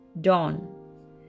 dawn